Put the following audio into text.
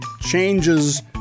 changes